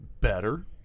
better